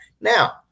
now